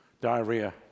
diarrhea